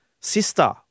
Sister